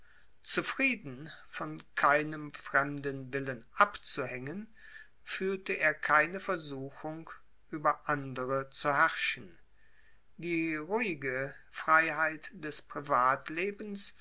zufrieden von keinem fremden willen abzuhängen fühlte er keine versuchung über andere zu herrschen die ruhige freiheit des privatlebens